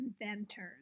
inventors